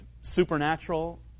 supernatural